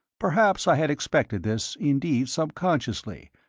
perhaps i had expected this, indeed, subconsciously,